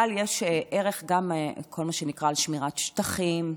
אבל יש ערך גם בכל מה שנקרא שמירת שטחים,